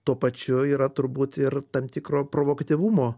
tuo pačiu yra turbūt ir tam tikro provokatyvumo